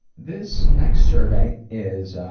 this next survey is